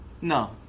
No